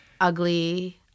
ugly